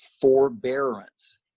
forbearance